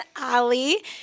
Ali